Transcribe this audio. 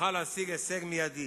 תוכל להשיג הישג מיידי.